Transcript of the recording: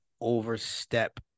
overstep